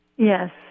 Yes